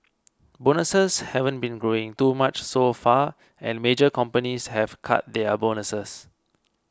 bonuses haven't been growing too much so far and major companies have cut their bonuses